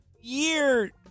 year